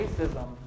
racism